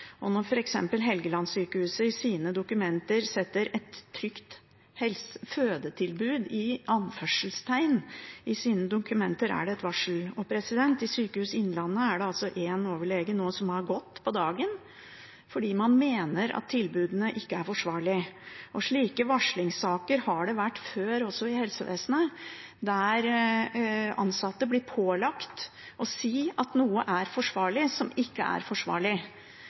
pasientbehandlingen. Når f.eks. Helgelandssykehuset i sine dokumenter setter et trygt fødetilbud i anførselstegn, er det et varsel. I Sykehuset Innlandet er det altså en overlege som nå har gått på dagen fordi man mener tilbudene ikke er forsvarlige. Slike varslingssaker har det også vært før i helsevesenet, der ansatte blir pålagt å si at noe er forsvarlig, som ikke er forsvarlig.